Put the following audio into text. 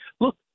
Look